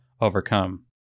overcome